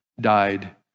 died